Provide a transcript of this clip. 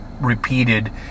repeated